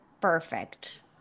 Perfect